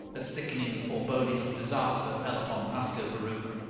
a sickening foreboding of disaster fell upon ascobaruch.